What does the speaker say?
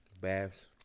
baths